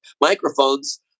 microphones